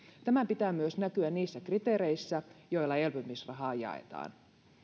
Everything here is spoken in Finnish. tämän pitää myös näkyä niissä kriteereissä joilla elpymisrahaa jaetaan